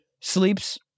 sleeps